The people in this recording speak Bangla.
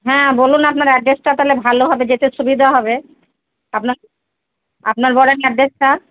হ্যাঁ বলুন আপনার অ্যাড্রেসটা তাহলে ভালো হবে যেতে সুবিধা হবে আপনার আপনার বলেন এড্রেসটা